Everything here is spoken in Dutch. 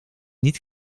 niet